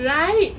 right